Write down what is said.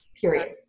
Period